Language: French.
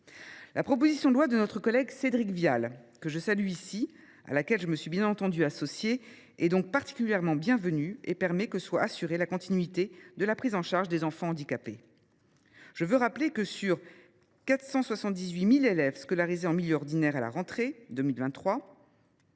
La proposition de loi de notre collègue Cédric Vial, à laquelle je me suis bien entendu associée, est donc particulièrement bienvenue. Son adoption assurera la continuité de la prise en charge des enfants handicapés. Sur 478 000 élèves scolarisés en milieu ordinaire à la rentrée 2023,